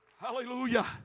Hallelujah